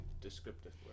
descriptive